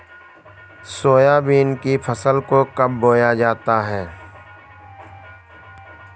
Soybean की फसल को कब बोया जाता है?